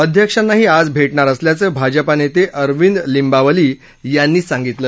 अध्यक्षांनाही आज भेटणार असल्याचं भाजपा नेते अरविंद लिंबावली यांनी सांगितलं